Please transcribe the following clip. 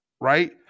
right